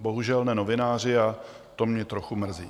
Bohužel ne novináři, a to mě trochu mrzí.